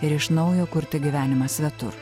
ir iš naujo kurti gyvenimą svetur